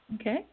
Okay